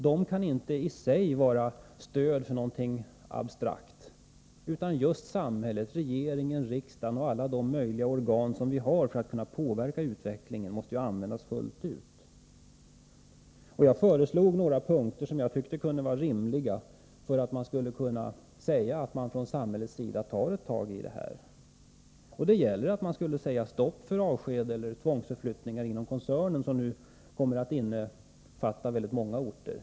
De kan inte i sig vara stöd för något abstrakt, utan just samhället med regeringen, riksdagen och alla de organ vi har för att kunna påverka utvecklingen måste användas fullt ut. Jag föreslog några punkter som jag tyckte var rimliga för att man skulle kunna säga att man från samhällets sida tar ett tag när det gäller de här problemen. Man borde t.ex. säga stopp för avsked eller tvångsförflyttningar inom koncernen, som nu kommer att innefatta väldigt många orter.